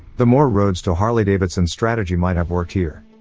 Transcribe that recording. the more roads to harley-davidson strategy might have worked here.